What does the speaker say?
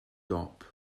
dop